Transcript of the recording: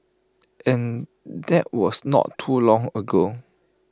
and that was not too long ago